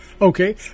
Okay